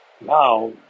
Now